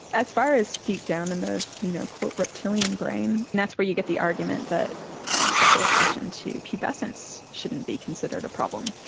as far as deep down in the you know reptilian brain, that's where you get the argument that sexual attraction to pubescents shouldn't be considered a problem,